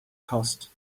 cost